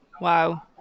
Wow